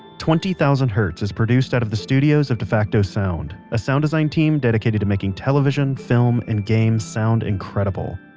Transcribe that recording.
twenty thousand hertz is produced out of the studios of defacto sound, a sound design team dedicated to making television, film, and games sound incredible.